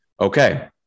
Okay